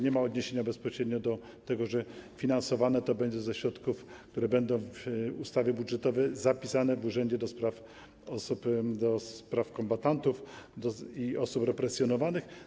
Nie ma odniesienia bezpośrednio do tego, że finansowane to będzie ze środków, które będą w ustawie budżetowej zapisane w Urzędzie do Spraw Kombatantów i Osób Represjonowanych.